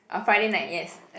oh Friday night yes